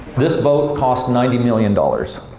this boat cost ninety million dollars.